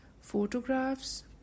photographs